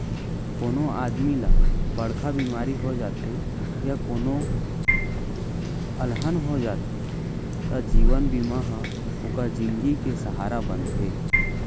कोनों आदमी ल बड़का बेमारी हो जाथे या कोनों अलहन हो जाथे त जीवन बीमा ह ओकर जिनगी के सहारा बनथे